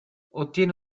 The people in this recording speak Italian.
ottiene